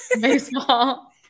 baseball